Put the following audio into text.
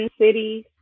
cities